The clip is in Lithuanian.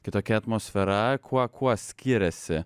kitokia atmosfera kuo kuo skiriasi